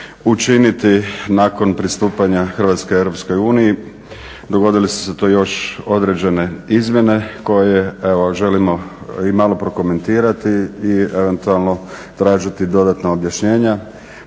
učiniti nakon pristupanja Hrvatske EU, dogodile su ste tu još određene izmjene koje evo želimo i malo prokomentirati i eventualno tražiti dodatno objašnjenje